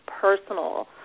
personal